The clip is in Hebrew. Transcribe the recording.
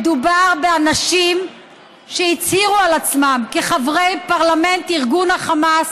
מדובר באנשים שהצהירו על עצמם כחברי פרלמנט ארגון החמאס,